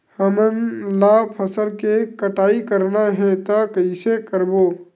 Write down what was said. हमन ला फसल के कटाई करना हे त कइसे करबो?